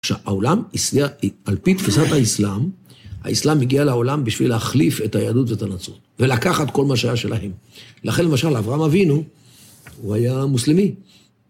עכשיו, העולם, על פי תפיסת האסלאם, האסלאם הגיע לעולם בשביל להחליף את היהדות ואת הנצרות, ולקחת כל מה שהיה שלהם. לכן למשל, אברהם אבינו, הוא היה מוסלמי.